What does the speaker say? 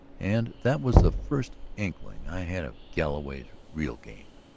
and that was the first inkling i had of galloway's real game.